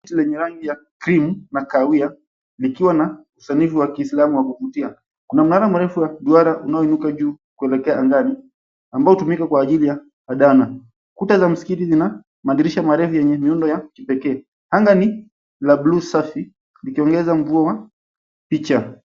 Bati lenye rangi ya krimu na kahawia likiwa na usanifu wa kiislamu wa kuvutia. Kuna mnara mrefu wa kiduara unaoinuka juu ukielekea angani ambao hutumika kwa ajili ya adana. Kuta za msikiti lina madirisha marefu yenye miundo ya kipekee. Anga ni la bluu safi likiongeza mvuto wa picha.